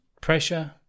pressure